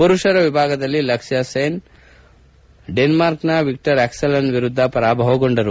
ಪುರುಷರ ವಿಭಾಗದಲ್ಲಿ ಲಕ್ಷ್ಣ ಸೆನ್ ಡೆನ್ಸಾರ್ಕ್ನ ವಿಕ್ಷರ್ ಅಕ್ಷೆಲ್ಸೆನ್ ವಿರುದ್ದ ಪರಾಭವಗೊಂಡರು